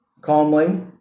calmly